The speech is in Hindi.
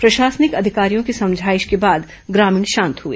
प्रशासनिक अधिकारियों की समझाइश के बाद ग्रामीण शांत हुए